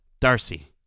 Darcy